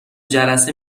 جلسه